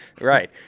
right